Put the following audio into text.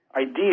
idea